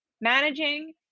managing